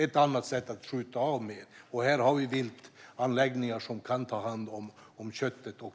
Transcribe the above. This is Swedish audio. Ett annat sätt är att skjuta av mer, och vi har viltanläggningar som kan ta hand om köttet.